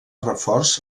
reforç